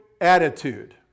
attitude